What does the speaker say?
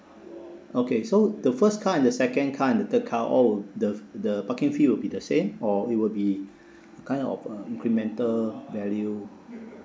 okay so the first car and the second car and the third car all w~ the the parking fee will be the same or it will be kind of uh incremental value